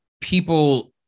people